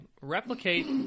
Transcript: replicate